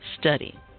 study